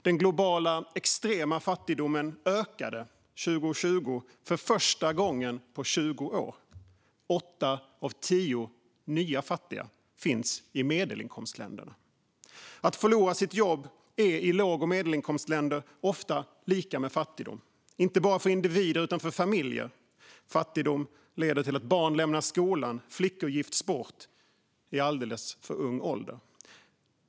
Den globala extrema fattigdomen ökade 2020 för första gången på 20 år. Åtta av tio nya fattiga finns i medelinkomstländerna. Att förlora sitt jobb är i låg och medelinkomstländer ofta lika med fattigdom, inte bara för individer utan också för familjer. Fattigdom leder till att barn lämnar skolan och till att flickor gifts bort i alldeles för ung ålder.